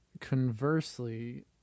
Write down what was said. conversely